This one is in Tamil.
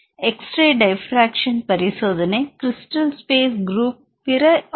எக்ஸ் ரே டிஃப்ராஃப்ரக்ஷன் பரிசோதனை கிரிஸ்டல் ஸ்பேஸ் குரூப் பிற ஆர்